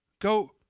Go